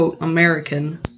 American